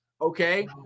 okay